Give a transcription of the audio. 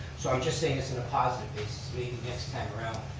so i'm just saying this in a positive basis, maybe next time around